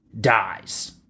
dies